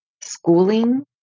schooling